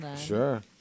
Sure